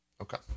Okay